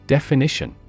Definition